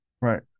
right